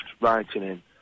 writing